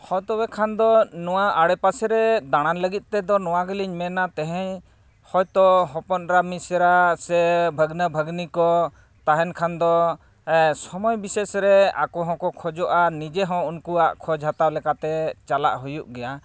ᱦᱮᱸ ᱛᱚᱵᱮ ᱠᱷᱟᱱ ᱫᱚ ᱱᱚᱣᱟ ᱟᱬᱮᱯᱟᱥᱮ ᱨᱮ ᱫᱟᱲᱟᱱ ᱞᱟᱹᱜᱤᱫ ᱛᱮᱫᱚ ᱱᱚᱣᱟ ᱜᱮᱞᱤᱧ ᱢᱮᱱᱟ ᱛᱮᱦᱮᱧ ᱦᱳᱭᱛᱚ ᱦᱚᱯᱚᱱ ᱮᱨᱟ ᱢᱤᱥᱨᱟ ᱥᱮ ᱵᱷᱟᱹᱜᱽᱱᱟᱹ ᱵᱷᱟᱹᱜᱽᱱᱤ ᱠᱚ ᱛᱟᱦᱮᱱ ᱠᱷᱟᱱ ᱫᱚ ᱥᱚᱢᱚᱭ ᱵᱤᱥᱮᱥ ᱨᱮ ᱟᱠᱚ ᱦᱚᱸᱠᱚ ᱠᱷᱚᱡᱚᱜᱼᱟ ᱱᱤᱡᱮ ᱦᱚᱸ ᱩᱱᱠᱩᱣᱟᱜ ᱠᱷᱳᱡ ᱦᱟᱛᱟᱣ ᱞᱮᱠᱟᱛᱮ ᱪᱟᱞᱟᱜ ᱦᱩᱭᱩᱜ ᱜᱮᱭᱟ